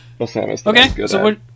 okay